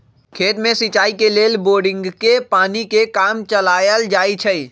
खेत में सिचाई लेल बोड़िंगके पानी से काम चलायल जाइ छइ